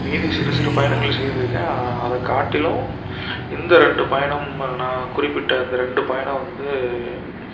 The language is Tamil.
மீதி சிறுசிறு பயணங்கள் செய்திருக்கேன் அதை காட்டிலும் இந்த ரெண்டு பயணம் நான் குறிப்பிட்ட அந்த ரெண்டு பயணம் வந்து